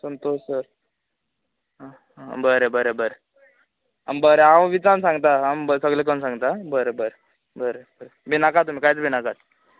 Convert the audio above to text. Santosh sir आं बरें बरें बरें आं बरें हांव विचारन सांगता आं सगलें कळोवन सांगतां बरें बरें बरें भिनाकात तुमी कांयच भिनाकात